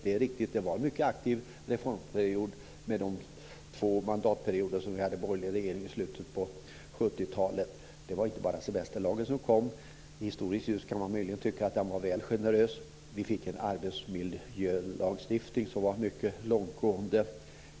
Det är riktigt, det var en mycket aktiv reformperiod under de två mandatperioder vi hade borgerlig regering i slutet av 70-talet. Det var inte bara semesterlagen som kom. I historiskt ljus kan man möjligen tycka att den var väl generös. Vi fick en arbetsmiljölagstiftning som var mycket långtgående.